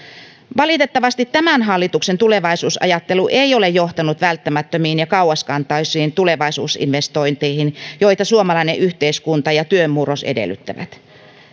valitettavasti tämän hallituksen tulevaisuusajattelu ei ole johtanut välttämättömiin ja kauaskantoisiin tulevaisuusinvestointeihin joita suomalainen yhteiskunta ja työn murros edellyttävät